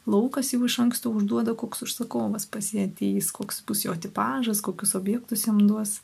laukas jau iš anksto užduoda koks užsakovas pas jį ateis koks bus jo tipažas kokius objektus jiem duos